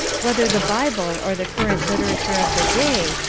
whether the bible or the current literature of the day,